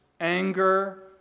anger